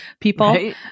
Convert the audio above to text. people